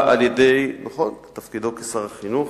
נכון, בתפקידו כשר החינוך.